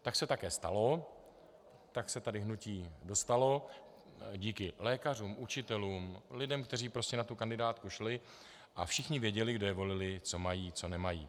Tak se také stalo, tak se sem hnutí dostalo, díky lékařům, učitelům, lidem, kteří prostě na tu kandidátku šli, a všichni věděli, kdo je volili, co mají, co nemají.